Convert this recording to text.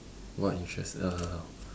what interest err